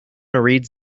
reads